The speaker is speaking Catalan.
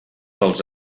dels